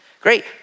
Great